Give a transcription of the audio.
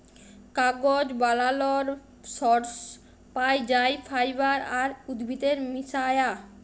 কাগজ বালালর সর্স পাই যাই ফাইবার আর উদ্ভিদের মিশায়া